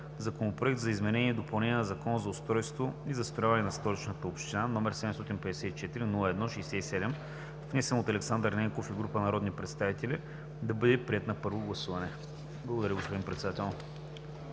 Законопроект за изменение и допълнение на Закона за устройството и застрояването на Столичната община, № 754-01-67, внесен от Александър Ненков и група народни представители, да бъде приет на първо гласуване.“ Благодаря, господин Председател.